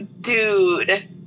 dude